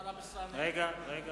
תודה רבה.